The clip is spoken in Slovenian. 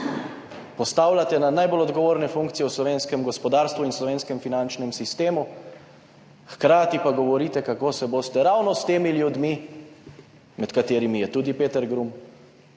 postavljate na najbolj odgovorne funkcije v slovenskem gospodarstvu in slovenskem finančnem sistemu, hkrati pagovorite, kako se boste ravno s temi ljudmi, med katerimi je tudi Peter Grum,